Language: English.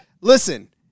listen